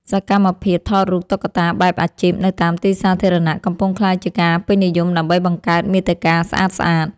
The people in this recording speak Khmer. សកម្មភាពថតរូបតុក្កតាបែបអាជីពនៅតាមទីសាធារណៈ កំពុងក្លាយជាការពេញនិយមដើម្បីបង្កើតមាតិកាស្អាតៗ។